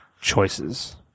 choices